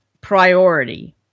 priority